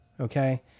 okay